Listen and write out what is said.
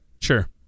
Sure